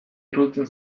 iruditzen